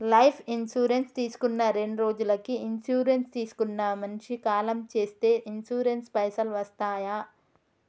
Life insurance తీసుకున్న రెండ్రోజులకి insurance తీసుకున్న మనిషి కాలం చేస్తే ఇన్సూరెన్స్ పైసల్ వస్తయా?